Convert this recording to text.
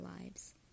lives